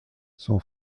son